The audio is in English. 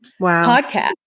podcast